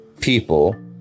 people